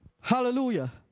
hallelujah